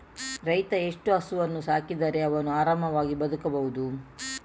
ರೈತ ಎಷ್ಟು ಹಸುವನ್ನು ಸಾಕಿದರೆ ಅವನು ಆರಾಮವಾಗಿ ಬದುಕಬಹುದು?